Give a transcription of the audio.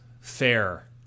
Fair